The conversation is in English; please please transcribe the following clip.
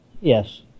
Yes